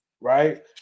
right